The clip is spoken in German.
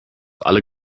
alle